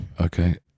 Okay